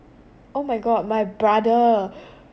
oh my god my brother